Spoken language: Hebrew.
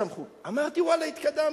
אמרתי: ואללה, התקדמתי.